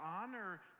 honor